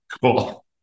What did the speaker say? Cool